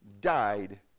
died